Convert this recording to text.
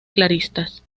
clarisas